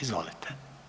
Izvolite.